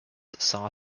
saw